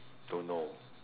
don't know